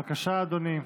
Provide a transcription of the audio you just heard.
בבקשה, אדוני.